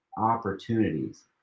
opportunities